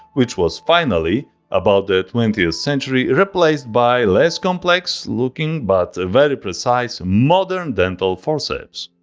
which was finally about the twentieth century replaced by less complex looking but very precise modern dental forceps.